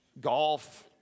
golf